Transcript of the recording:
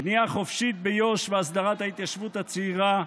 בנייה חופשית ביו"ש והסדרת ההתיישבות הצעירה,